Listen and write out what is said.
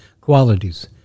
qualities